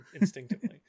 instinctively